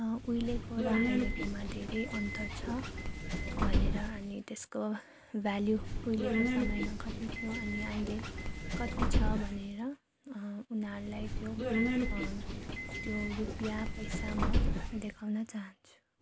उहिलेको र अहिलेकोमा धेरै अन्तर छ भनेर अनि त्यसको भेल्यु उहिलेको समयमा कति थियो अनि अहिले कति छ भनेर उनीहरूलाई त्यो त्यो रुपियाँ पैसा म देखाउन चाहन्छु